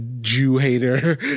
Jew-hater